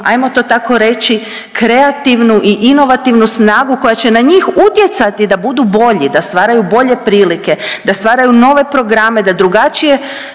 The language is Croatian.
hajmo to tako reći kreativnu i inovativnu snagu koja će na njih utjecati da budu bolji, da stvaraju bolje prilike, da stvaraju nove programe, da drugačije